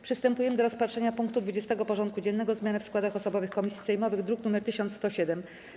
Przystępujemy do rozpatrzenia punktu 20. porządku dziennego: Zmiany w składach osobowych komisji sejmowych (druk nr 1107)